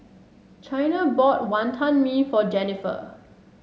Chyna bought Wantan Mee for Jenifer